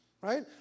Right